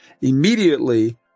immediately